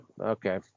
Okay